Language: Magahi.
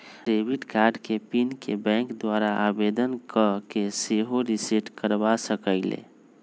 डेबिट कार्ड के पिन के बैंक द्वारा आवेदन कऽ के सेहो रिसेट करबा सकइले